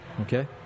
Okay